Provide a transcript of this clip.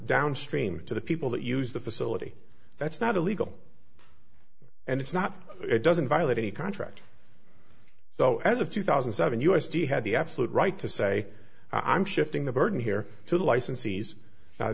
downstream to the people that use the facility that's not illegal and it's not it doesn't violate any contract so as of two thousand and seven u s d a had the absolute right to say i'm shifting the burden here to the licensees now